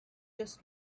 this